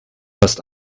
hast